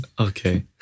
Okay